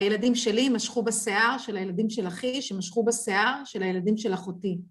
הילדים שלי משכו בשיער של הילדים של אחי, שמשכו בשיער של הילדים של אחותי.